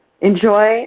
Enjoy